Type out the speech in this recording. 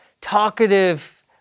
talkative